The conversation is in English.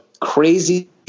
crazy